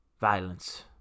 violence